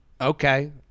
Okay